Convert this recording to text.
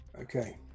Okay